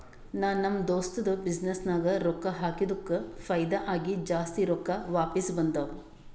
ನಾ ನಮ್ ದೋಸ್ತದು ಬಿಸಿನ್ನೆಸ್ ನಾಗ್ ರೊಕ್ಕಾ ಹಾಕಿದ್ದುಕ್ ಫೈದಾ ಆಗಿ ಜಾಸ್ತಿ ರೊಕ್ಕಾ ವಾಪಿಸ್ ಬಂದಾವ್